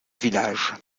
village